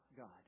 God